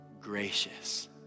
gracious